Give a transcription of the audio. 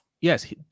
yes